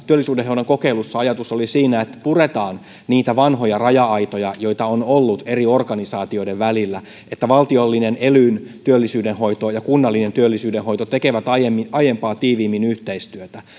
työllisyydenhoidon kokeilussa ajatus oli että puretaan niitä vanhoja raja aitoja joita on ollut eri organisaatioiden välillä niin että valtiollinen elyn työllisyydenhoito ja kunnallinen työllisyydenhoito tekevät aiempaa tiiviimmin yhteistyötä